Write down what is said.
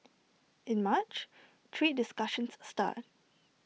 in March trade discussions start